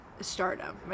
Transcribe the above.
Stardom